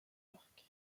york